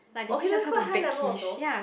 okay that's called high level also